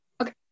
Okay